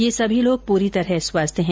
ये सभी लोग पूरी तरह स्वस्थ हैं